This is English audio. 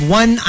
one